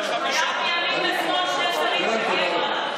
הוא חייב מימין ומשמאל שני שרים שיגנו עליו.